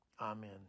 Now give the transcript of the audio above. Amen